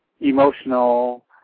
emotional